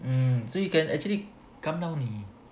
mm so you can actually come down